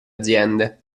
aziende